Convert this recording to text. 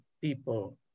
people